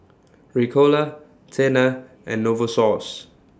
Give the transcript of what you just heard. Ricola Tena and Novosource